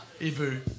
Ibu